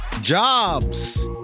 jobs